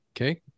Okay